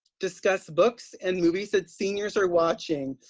discuss books and movies that seniors are watching,